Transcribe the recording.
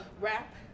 rap